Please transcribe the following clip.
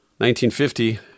1950